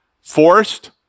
Forced